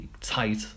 tight